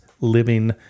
living